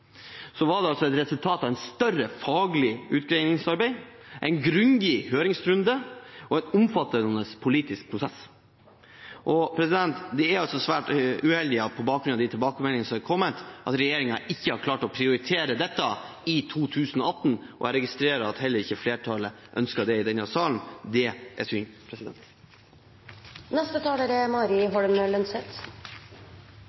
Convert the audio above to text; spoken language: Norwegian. resultat av et større faglig utredningsarbeid, en grundig høringsrunde og en omfattende politisk prosess. Det er svært uheldig, på bakgrunn av de tilbakemeldingene som er kommet, at regjeringen ikke har klart å prioritere dette i 2018, og jeg registrerer at heller ikke flertallet i denne salen ønsker det. Det er synd. La meg starte med å si at jeg ikke er